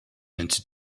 into